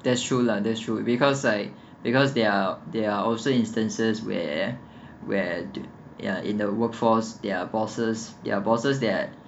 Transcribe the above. that's true lah that's true because like because there are there are also instances where where do ya in the workforce their bosses their bosses that